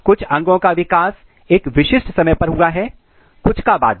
कुछ अंगों का विकास एक विशिष्ट समय पर हुआ है और कुछ का बाद में